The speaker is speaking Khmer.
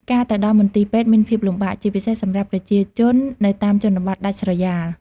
ការទៅដល់មន្ទីរពេទ្យមានភាពលំបាក ជាពិសេសសម្រាប់ប្រជាជននៅតាមជនបទដាច់ស្រយាល។